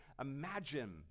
Imagine